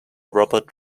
robert